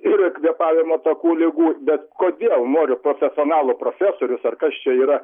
ir kvėpavimo takų ligų bet kodėl noriu profesionalo profesorius ar kas čia yra